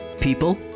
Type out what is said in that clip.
People